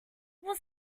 was